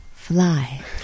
Fly